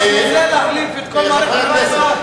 אדוני היושב-ראש,